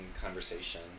conversation